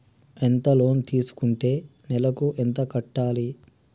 ఎంత లోన్ తీసుకుంటే నెలకు ఎంత కట్టాలి?